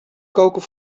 koken